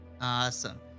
Awesome